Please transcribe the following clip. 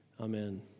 Amen